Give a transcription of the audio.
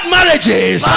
marriages